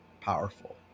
powerful